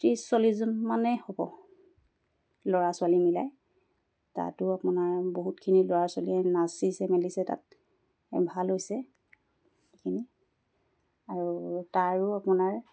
ত্ৰিছ চল্লিছজন মানে হ'ব ল'ৰা ছোৱালী মিলাই তাতো আপোনাৰ বহুতখিনি ল'ৰা ছোৱালীয়ে নাচিছে মেলিছে তাত এ ভাল হৈছে সেইখিনি আৰু তাৰো আপোনাৰ